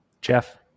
jeff